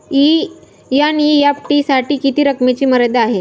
NEFT साठी किती रकमेची मर्यादा आहे?